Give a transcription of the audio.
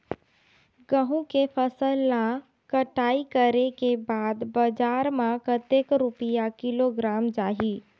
गंहू के फसल ला कटाई करे के बाद बजार मा कतेक रुपिया किलोग्राम जाही?